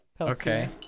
Okay